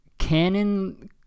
Canon